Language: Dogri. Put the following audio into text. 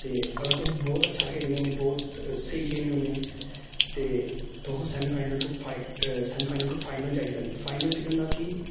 ते अगर तुस बहुत अच्छा खेलने होन्ने बहुत स्हेई खेलने होन्ने ते तुस semi final to semi final to final च जाई सकने फाइनल च केह् होंदा कि